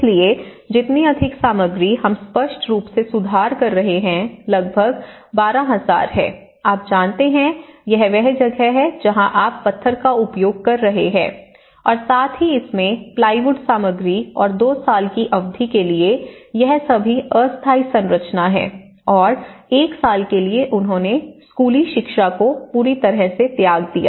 इसलिए जितनी अधिक सामग्री हम स्पष्ट रूप से सुधार कर रहे हैं लगभग 12000 है आप जानते हैं यह वह जगह है जहाँ आप पत्थर का उपयोग कर रहे हैं और साथ ही इसमें प्लाईवुड सामग्री और 2 साल की अवधि के लिए यह सभी अस्थायी संरचना हैं और 1 साल के लिए उन्होंने स्कूली शिक्षा को पूरी तरह से त्याग दिया